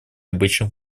обычных